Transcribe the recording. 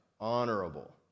honorable